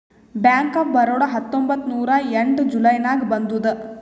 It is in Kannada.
ಬ್ಯಾಂಕ್ ಆಫ್ ಬರೋಡಾ ಹತ್ತೊಂಬತ್ತ್ ನೂರಾ ಎಂಟ ಜುಲೈ ನಾಗ್ ಬಂದುದ್